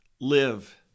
live